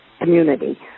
community